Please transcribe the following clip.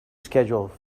schedule